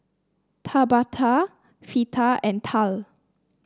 Tabatha Fleeta and Tal